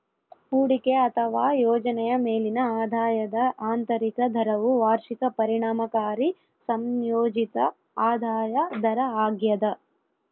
ಹೂಡಿಕೆ ಅಥವಾ ಯೋಜನೆಯ ಮೇಲಿನ ಆದಾಯದ ಆಂತರಿಕ ದರವು ವಾರ್ಷಿಕ ಪರಿಣಾಮಕಾರಿ ಸಂಯೋಜಿತ ಆದಾಯ ದರ ಆಗ್ಯದ